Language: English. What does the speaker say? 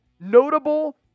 notable